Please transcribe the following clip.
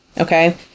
Okay